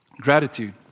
gratitude